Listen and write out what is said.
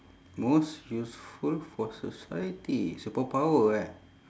most useful for society superpower eh